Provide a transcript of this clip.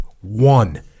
One